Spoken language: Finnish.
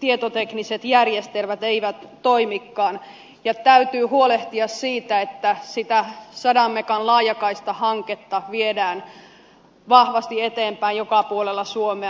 tietotekniset järjestelmät eivät toimikaan ja täytyy huolehtia siitä että sitä sadan megan laajakaistahanketta viedään vahvasti eteenpäin joka puolella suomea